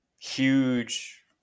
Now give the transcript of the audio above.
huge